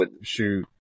shoot